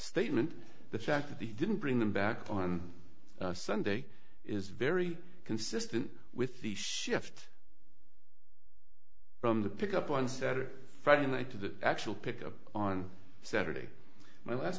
statement the fact that he didn't bring them back on sunday is very consistent with the shift from the pick up on saturday friday night to the actual pick up on saturday my last